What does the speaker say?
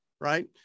right